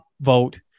Vote